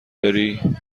بری